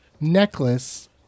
necklace